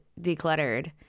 decluttered